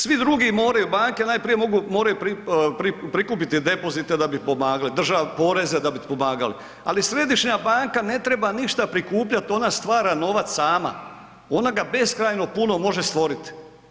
Svi drugi moraju banke, a najprije prikupiti depozite da bi pomagali, poreze da bi pomagali, ali središnja banka ne treba ništa prikupljati ona stvara novac sama, ona ga beskrajno puno može stvoriti.